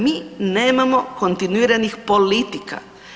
Mi nemamo kontinuiranih politika.